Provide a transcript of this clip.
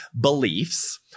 beliefs